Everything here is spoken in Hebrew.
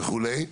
וכולה.